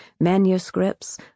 manuscripts